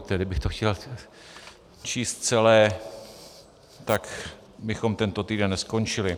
Kdybych to chtěl číst celé, tak bychom tento týden neskončili.